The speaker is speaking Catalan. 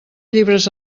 llibres